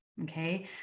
Okay